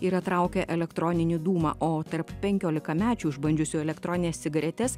yra traukę elektroninį dūmą o tarp penkiolikamečių išbandžiusių elektronines cigaretes